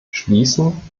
schließen